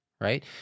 right